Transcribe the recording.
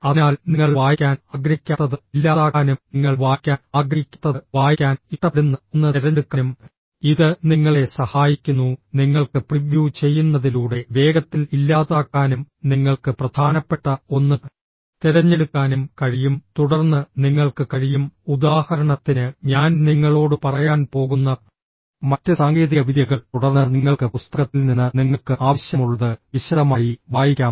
അതിനാൽ നിങ്ങൾ വായിക്കാൻ ആഗ്രഹിക്കാത്തത് ഇല്ലാതാക്കാനും നിങ്ങൾ വായിക്കാൻ ആഗ്രഹിക്കാത്തത് വായിക്കാൻ ഇഷ്ടപ്പെടുന്ന ഒന്ന് തിരഞ്ഞെടുക്കാനും ഇത് നിങ്ങളെ സഹായിക്കുന്നു നിങ്ങൾക്ക് പ്രിവ്യൂ ചെയ്യുന്നതിലൂടെ വേഗത്തിൽ ഇല്ലാതാക്കാനും നിങ്ങൾക്ക് പ്രധാനപ്പെട്ട ഒന്ന് തിരഞ്ഞെടുക്കാനും കഴിയും തുടർന്ന് നിങ്ങൾക്ക് കഴിയും ഉദാഹരണത്തിന് ഞാൻ നിങ്ങളോട് പറയാൻ പോകുന്ന മറ്റ് സാങ്കേതികവിദ്യകൾ തുടർന്ന് നിങ്ങൾക്ക് പുസ്തകത്തിൽ നിന്ന് നിങ്ങൾക്ക് ആവശ്യമുള്ളത് വിശദമായി വായിക്കാം